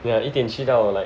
ya 一点去到 like